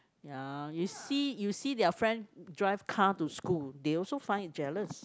ya you see you see their friend drive car to school they also find it jealous